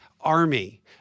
army